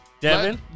Devin